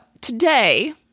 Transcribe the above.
today